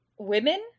Women